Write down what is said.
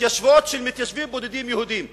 התיישבויות של מתיישבים יהודים בודדים,